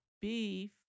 beef